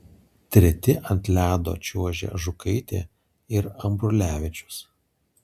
treti ant ledo čiuožė žukaitė ir ambrulevičius